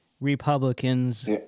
Republicans